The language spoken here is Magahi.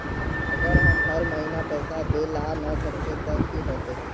अगर हम हर महीना पैसा देल ला न सकवे तब की होते?